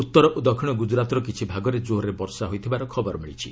ଉତ୍ତର ଓ ଦକ୍ଷିଣ ଗୁଜରାତର କିଛି ଭାଗରେ କୋର୍ରେ ବର୍ଷା ହୋଇଥିବାର ଖବର ମିଳିଛି